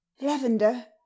Lavender